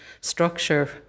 structure